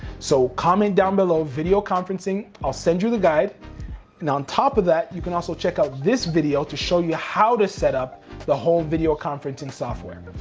so, comment down below video conferencing, i'll send you the guide. now on top of that, you can also check out this video to show you how to set up the whole video conferencing software.